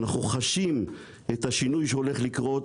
אנחנו חשים את השינוי שהולך לקרות.